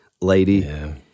lady